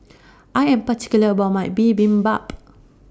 I Am particular about My Bibimbap